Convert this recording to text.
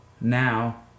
Now